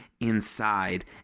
inside